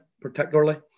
particularly